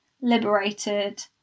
liberated